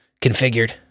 configured